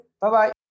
Bye-bye